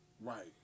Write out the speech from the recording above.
right